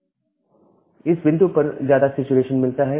अभी बिंदु पर ज्यादातर सैचुरेशन मिलता है